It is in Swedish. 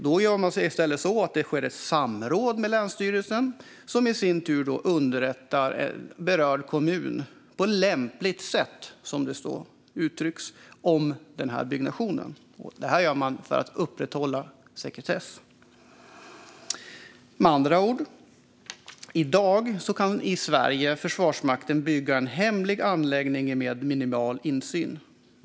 Då sker i stället samråd med länsstyrelsen, som i sin tur underrättar berörd kommun på lämpligt sätt - som det uttrycks - om byggnationen. Detta gör man för att upprätthålla sekretess. Med andra ord: I dag kan i Sverige Försvarsmakten bygga en hemlig anläggning med minimal insyn.